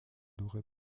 aurait